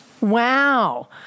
wow